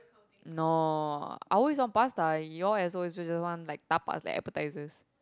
no I always walk past lah you all as always usual one like dabao is the appetisers